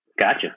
Gotcha